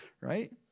right